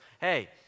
hey